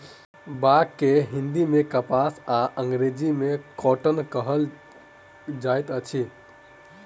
बांग के हिंदी मे कपास आ अंग्रेजी मे कौटन कहल जाइत अछि